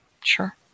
Sure